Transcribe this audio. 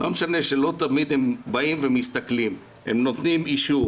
לא משנה שלא תמיד הם באים ומסתכלים והם נותנים אישור